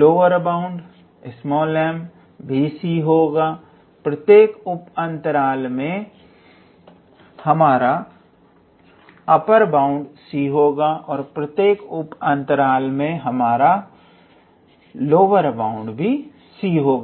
lower bound m भी c होगा प्रत्येक उप अंतराल पर हमारा अपर बाउंड c होगा व प्रत्येक उप अंतराल पर हमारा लोअर बाउंड भी c होगा